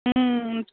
ம்